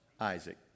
Isaac